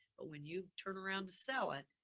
but when you turn around to sell it,